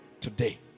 today